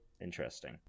Interesting